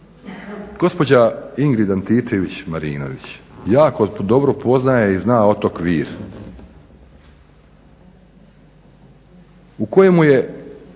Gospođa Ingrid Antičević Marinović jako dobro poznaje i zna otok Vir u kojemu su